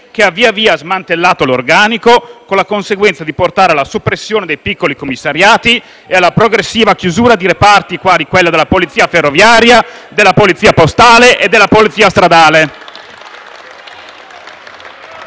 che ha via, via smantellato l'organico *(Commenti dal Gruppo PD)*, con la conseguenza di portare alla soppressione dei piccoli commissariati e alla progressiva chiusura di reparti, quali quelli della Polizia ferroviaria, della Polizia postale e della Polizia stradale.